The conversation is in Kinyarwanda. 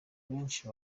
benshi